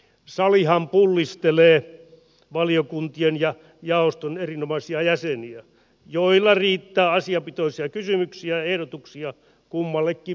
salihan pullistelee valiokuntien ja jaoston erinomaisia jäseniä joilla riittää asiapitoisia kysymyksiä ehdotuksia kummallekin ministerille